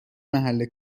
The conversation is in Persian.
محل